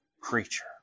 creature